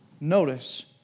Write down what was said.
Notice